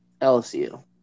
LSU